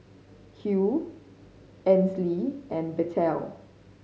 Hugh Ainsley and Bettye